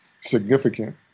significant